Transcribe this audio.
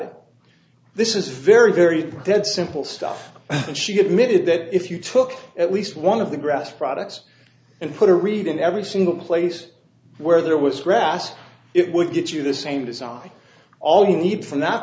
it this is very very dead simple stuff and she admitted that if you took at least one of the grass products and put a reed in every single place where there was grass it would get you the same design all you need from that